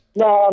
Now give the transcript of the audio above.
no